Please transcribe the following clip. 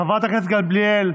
חברת הכנסת גמליאל,